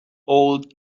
old